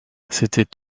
c’était